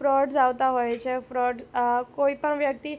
frauds આવતા હોય છે ફ્રોડ આ કોઈપણ વ્યક્તિ